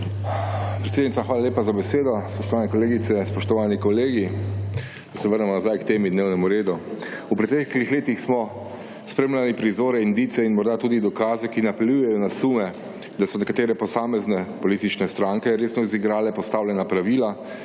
lepa za besedo. Spoštovane kolegice, spoštovani kolegi! Da se vrnemo nazaj k temi dnevnega reda. V preteklih letih smo spremljali prizore, indice in morda tudi dokaze, ki napeljujejo na sume, da so nekatere posamezne politične stranke resno izigrale postavljena pravila,